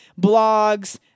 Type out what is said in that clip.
blogs